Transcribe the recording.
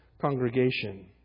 congregation